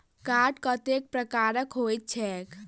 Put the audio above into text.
Card कतेक प्रकारक होइत छैक?